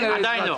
עדיין לא.